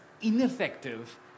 ineffective